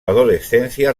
adolescencia